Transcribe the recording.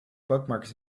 bookmarks